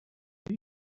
are